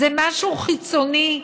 זה משהו חיצוני,